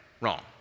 Wrong